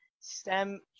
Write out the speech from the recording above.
STEM